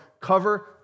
cover